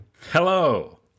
Hello